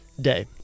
day